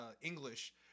English